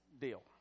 deal